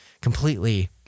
completely